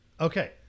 Okay